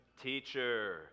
teacher